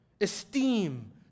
esteem